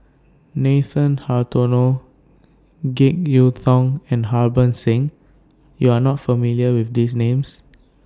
Nathan Hartono Jek Yeun Thong and Harbans Singh YOU Are not familiar with These Names